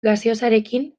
gaseosarekin